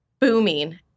booming